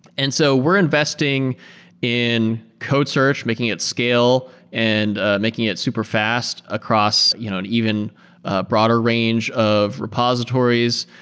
and so we're investing in code search, making it scale and ah making it superfast across an you know and even ah broader range of repositories,